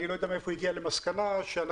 אני לא יודע מאיפה היא הגיעה למסקנה שאנחנו